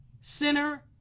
sinner